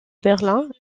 berlin